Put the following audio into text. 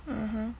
(uh huh)